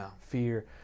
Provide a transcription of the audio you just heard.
fear